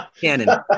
Canon